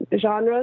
genres